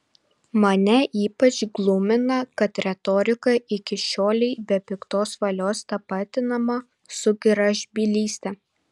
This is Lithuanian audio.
mane ypač glumina kad retorika iki šiolei be piktos valios tapatinama su gražbylyste